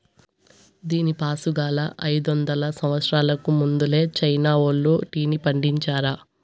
దీనిపాసుగాలా, అయిదొందల సంవత్సరాలకు ముందలే చైనా వోల్లు టీని పండించారా